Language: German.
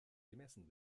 gemessen